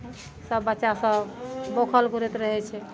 ओह सब बच्चा सब बौखल घुरैत रहै छै